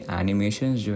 animations